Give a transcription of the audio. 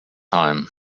heim